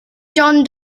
john